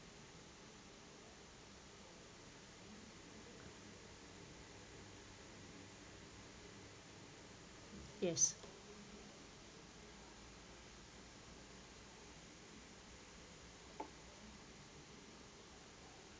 yes